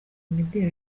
imideli